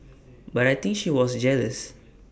but I think she was jealous